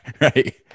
Right